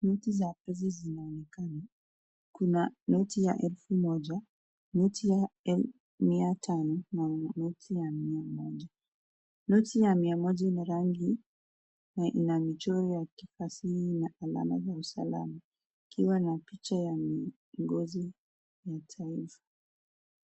noti zinaonekana, kuna noti ya elfu moja noti ya mia tano na noti ya mia moja. Noti ya mia moja inarangi na inamichoro ya kiasili na alama ya usalama akiwa na picha ya kiongozi mteule.